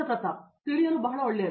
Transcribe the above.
ಪ್ರತಾಪ್ ಹರಿದಾಸ್ ತಿಳಿಯಲು ಬಹಳ ಒಳ್ಳೆಯದು